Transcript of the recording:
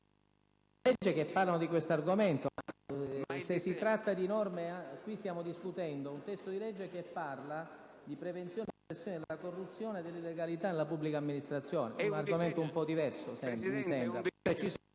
di legge che parlano di questo argomento, ma qui stiamo discutendo un testo di legge che parla di prevenzione e repressione della corruzione e dell'illegalità nella pubblica amministrazione. Mi sembra un argomento un po' diverso, mentre ci sono